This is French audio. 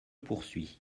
poursuis